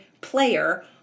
player